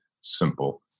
simple